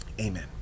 Amen